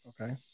Okay